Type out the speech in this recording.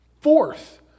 Fourth